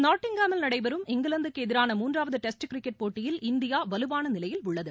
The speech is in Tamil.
நாட்டிங்காமில் நடைபெறும் இங்கிலாந்துக்கு எதிரான மூன்றாவது டெஸ்ட் கிரிக்கெட் போட்டியில் இந்தியா வலுவான நிலையில் உள்ளது